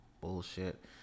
Bullshit